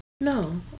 No